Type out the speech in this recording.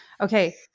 Okay